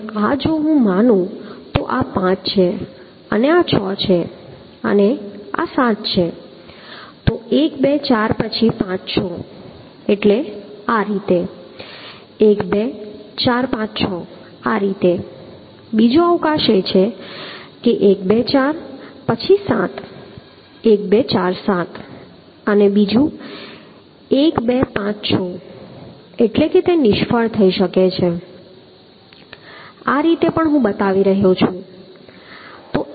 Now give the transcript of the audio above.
અને આ જો હું માનું તો આ 5 છે અને આ 6 છે અને આ 7 છે તો 1 2 4 પછી 5 6 એટલે આ રીતે 1 2 4 5 6 આ રીતે બીજો અવકાશ એ છે કે 1 2 4 પછી 7 1 2 4 7 1 2 4 7 અને બીજું પણ 1 2 5 6 એટલે કે તે નિષ્ફળ થઈ શકે છે આ રીતે પણ હું બતાવી રહ્યો છું